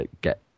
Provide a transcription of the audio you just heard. get